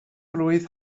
blwydd